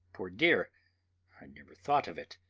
poor dear i never thought of it.